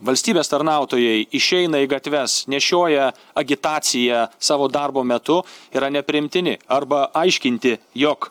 valstybės tarnautojai išeina į gatves nešioja agitaciją savo darbo metu yra nepriimtini arba aiškinti jog